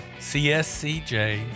CSCJ